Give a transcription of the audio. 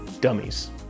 dummies